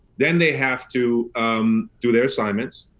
then they have to do their assignments,